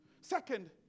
Second